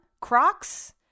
Crocs